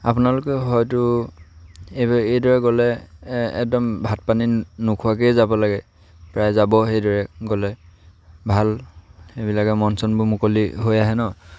আপোনালোকেও হয়তো এইদৰে গ'লে একদম ভাত পানী নোখোৱাকৈয়ে যাব লাগে প্ৰায় যাব সেইদৰে গ'লে ভাল সেইবিলাকে মন চনবোৰ মুকলি হৈ আহে ন